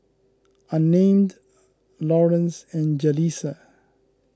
Unnamed Lawrence and Jaleesa